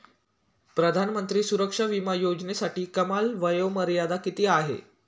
प्रधानमंत्री सुरक्षा विमा योजनेसाठी कमाल वयोमर्यादा किती आहे?